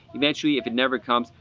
eventually, if it never comes,